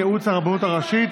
ייעוץ הרבנות הראשית),